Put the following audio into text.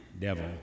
devil